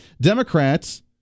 Democrats